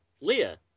Leah